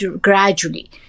gradually